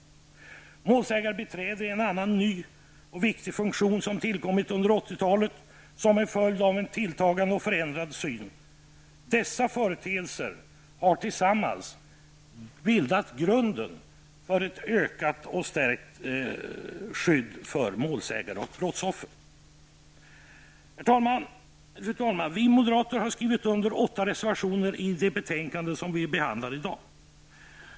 Målsägandebiträde är en annan ny och viktig funktion som tillkommit under 80-talet som en följd av en alltmer förändrad syn. Dessa företeelser har tillsammans bildat grunden för ett ökat och stärkt skydd för målsägare och brottsoffer. Fru talman! Vi moderater har skrivit under åtta reservationer till det betänkande som behandlas i dag.